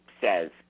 says